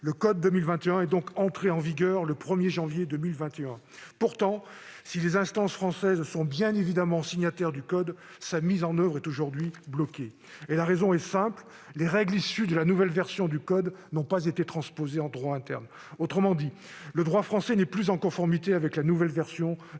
le code 2021 est donc entré en vigueur le 1 janvier 2021. Pourtant, si les instances françaises sont bien évidemment signataires du code, sa mise en oeuvre est aujourd'hui bloquée. La raison en est simple : les règles issues de la nouvelle version du code n'ont pas été transposées en droit interne. Autrement dit, depuis le 1 janvier, le droit français n'est plus en conformité avec la nouvelle version du code